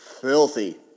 Filthy